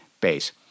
base